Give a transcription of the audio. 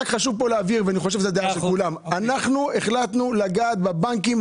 אנחנו החלטנו לגעת בבנקים,